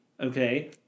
Okay